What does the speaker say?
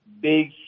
big